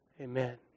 Amen